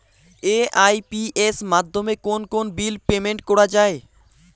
AEPS মাধ্যমে কোন কোন বিল পেমেন্ট করা যায়?